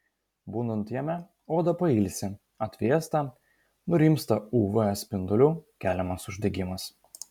būnant jame oda pailsi atvėsta nurimsta uv spindulių keliamas uždegimas